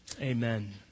Amen